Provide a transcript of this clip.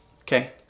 Okay